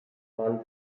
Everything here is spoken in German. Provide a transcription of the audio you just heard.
waren